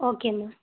okay ma'am